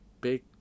big